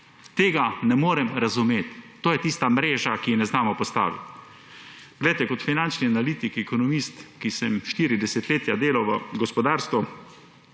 Tega ne morem razumeti. To je tista mreža, ki je ne znamo postaviti. Kot finančni analitik, ekonomist, ki sem štiri desetletja delal v gospodarstvu,